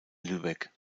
lübeck